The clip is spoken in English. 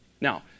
Now